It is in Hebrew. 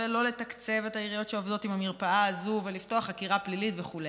ולא לתקצב את העיריות עם המרפאה הזאת ולפתוח חקירה פלילית וכו'.